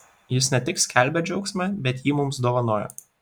jis ne tik skelbia džiaugsmą bet jį mums dovanoja